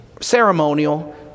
ceremonial